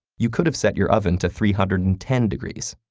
you could have set your oven to three hundred and ten degrees.